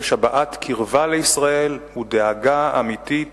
יש הבעת קרבה לישראל ודאגה אמיתית